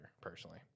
personally